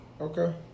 Okay